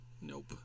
Nope